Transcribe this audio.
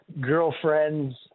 girlfriends